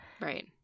Right